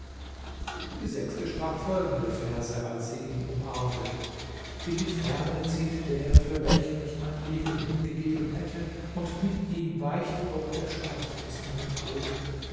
die sechste sprach folgende verse als sie ihn umarmte in die ferne zieht der für welchen ich mein leben hingegeben hätte und mit ihm weicht auch der schlaf aus meinen augen